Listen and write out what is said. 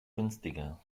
günstiger